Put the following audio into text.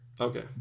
Okay